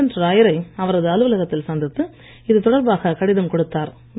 Vincent ராயரை அவரது அலுவலகத்தில் சந்தித்து இதுதொடர்பாக கடிதம் கொடுத்தார்